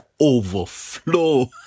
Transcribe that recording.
overflow